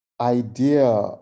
idea